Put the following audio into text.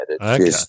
Okay